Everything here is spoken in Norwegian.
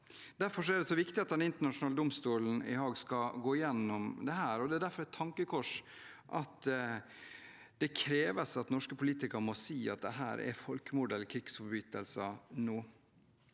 Derfor er det så viktig at Den internasjonale domstolen i Haag skal gå gjennom dette. Det er derfor et tankekors at det kreves at norske politikere må si at dette er folkemord eller krigsforbrytelser nå,